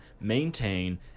maintain